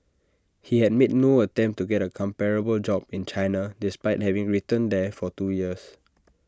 he had made no attempt to get A comparable job in China despite having returned there for two years